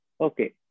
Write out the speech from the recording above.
Okay